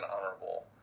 honorable